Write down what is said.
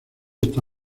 está